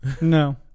No